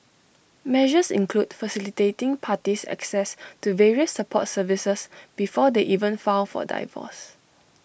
measures include facilitating parties access to various support services before they even file for divorce